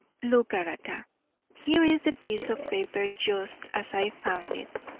look, agatha, here is the piece of paper just as i found it.